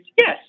yes